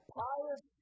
pious